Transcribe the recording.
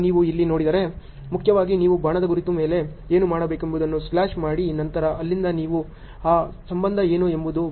ಈಗ ನೀವು ಇಲ್ಲಿ ನೋಡಿದರೆ ಮುಖ್ಯವಾಗಿ ನೀವು ಬಾಣದ ಗುರುತು ಮೇಲೆ ಏನು ಮಾಡಬೇಕೆಂಬುದನ್ನು ಸ್ಲ್ಯಾಷ್ ಮಾಡಿ ನಂತರ ಅಲ್ಲಿಂದ ನೀವು ಆ ಸಂಬಂಧ ಏನು ಎಂದು ಬರೆಯಬಹುದು